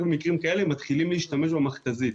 רק במקרים כאלה מתחילים להשתמש במכת"זית.